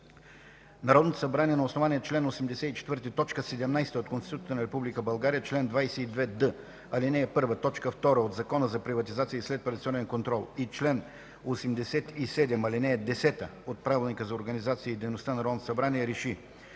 Народното събрание на основание чл. 84, т. 17 от Конституцията на Република България, чл. 22д, ал. 1, т. 2 от Закона за приватизация и следприватизационен контрол и чл. 87, ал. 10 от Правилника за организацията и дейността на Народното събрание